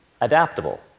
adaptable